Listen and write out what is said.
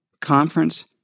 conference